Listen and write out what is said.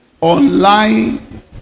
online